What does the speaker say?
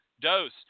dose